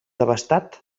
devastat